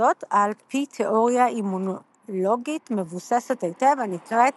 וזאת על-פי תאוריה אימונולוגית מבוססת היטב הנקראת